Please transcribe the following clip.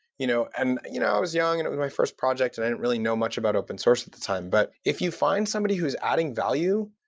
you know and you know i was young and it was my first project and i didn't really know much about open-source at that time, but if you find somebody who's adding value,